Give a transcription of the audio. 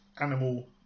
animal